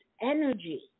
energy